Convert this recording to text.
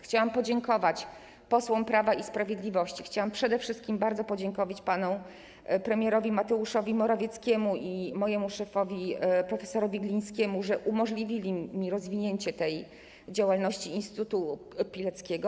Chciałabym podziękować posłom Prawa i Sprawiedliwości, a przede wszystkim chciałabym bardzo podziękować panu premierowi Mateuszowi Morawieckiemu i mojemu szefowi prof. Glińskiemu za to, że umożliwili mi rozwinięcie działalności Instytutu Pileckiego.